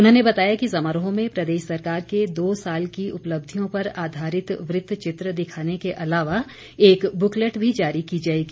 उन्होंने बताया कि समारोह में प्रदेश सरकार के दो साल के उपलब्धियों पर आधारित वृत्त चित्र दिखाने के अलावा एक बुकलेट भी जारी की जाएगी